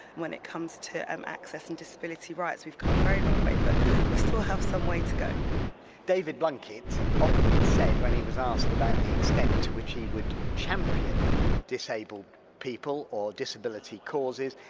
when it comes to um access and disability rights, we've come a very long way but we still have some way to go david blunkett often said, when he was asked about the extent to which he would champion disabled people or disability causes,